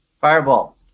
fireball